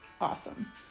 awesome